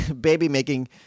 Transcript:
baby-making